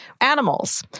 animals